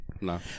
No